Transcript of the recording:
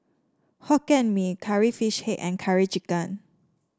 Hokkien Mee Curry Fish Head and Curry Chicken